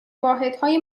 واحدهای